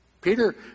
Peter